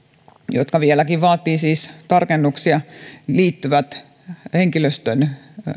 jotka vieläkin vaativat siis tarkennuksia liittyvät henkilöstön